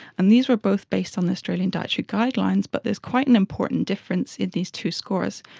and these were both based on the australian dietary guidelines but there's quite an important difference in these two scores.